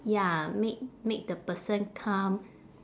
ya make make the person calm